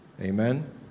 Amen